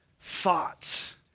thoughts